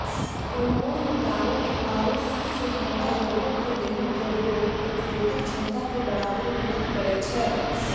अंगूर vitamin A आरु C से हमरा लोगो के देहो के रोग प्रतिरोधक क्षमता के बढ़ाबै मे मदत करै छै